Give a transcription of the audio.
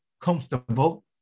comfortable